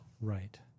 Right